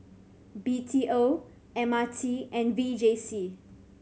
B T O M R T and V J C